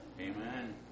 Amen